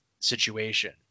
situation